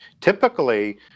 typically